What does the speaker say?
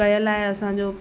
कयल आहे असांजो